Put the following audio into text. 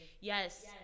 yes